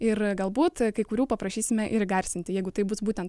ir galbūt kai kurių paprašysime ir įgarsinti jeigu tai bus būtent